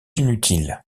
inutile